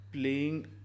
playing